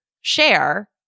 share